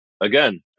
again